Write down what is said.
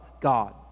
God